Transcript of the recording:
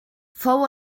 fou